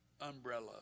umbrella